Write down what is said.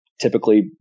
typically